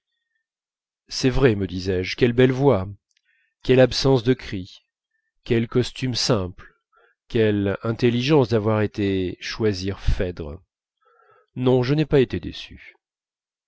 c'est vrai me disais-je quelle belle voix quelle absence de cris quels costumes simples quelle intelligence d'avoir été choisir phèdre non je n'ai pas été déçu